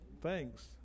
thanks